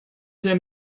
him